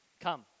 Come